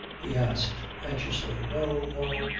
he asked anxiously. no! no!